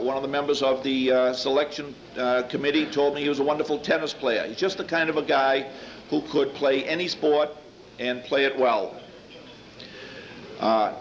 one of the members of the selection committee told me he was a wonderful tennis player and just the kind of a guy who could play any sport and play it well